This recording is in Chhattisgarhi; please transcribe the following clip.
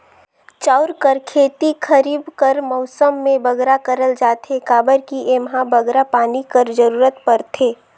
चाँउर कर खेती खरीब कर मउसम में बगरा करल जाथे काबर कि एम्हां बगरा पानी कर जरूरत परथे